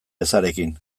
ezarekin